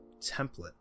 template